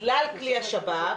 בגלל כלי השב"כ,